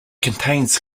contains